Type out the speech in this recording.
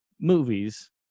movies